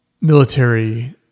military